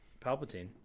Palpatine